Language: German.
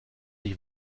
ich